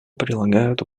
прилагают